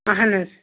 اَہن حظ